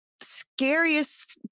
scariest